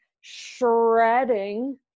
shredding